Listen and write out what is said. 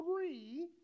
three